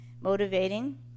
motivating